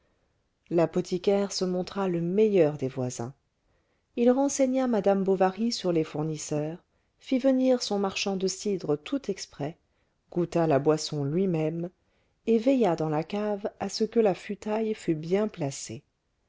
l'apothicaire se montra le meilleur des voisins il renseigna madame bovary sur les fournisseurs fit venir son marchand de cidre tout exprès goûta la boisson lui-même et veilla dans la cave à ce que la futaille fut bien placée